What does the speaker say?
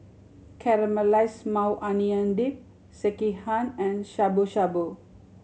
Caramelized Maui Onion Dip Sekihan and Shabu Shabu